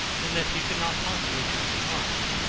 and that he could not possibly come to harm.